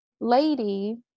lady